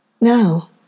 Now